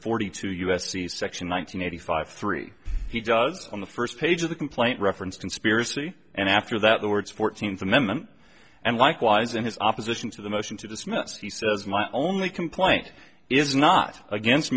forty two u s c section one thousand nine hundred five three he does on the first page of the complaint referenced conspiracy and after that the words fourteenth amendment and likewise in his opposition to the motion to dismiss he says my only complaint is not against